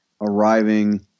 arriving